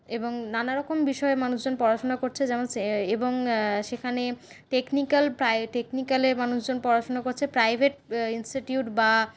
এবং নানারকম বিষয়ে মানুষজন পড়াশোনা করছে যেমন এবং সেখানে টেকনিকাল প্রায় টেকনিকালে লোকজন পড়াশুনো করছে প্রাইভেট ইন্সটিটিউট বা